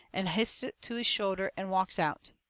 and hists it to his shoulder and walks out.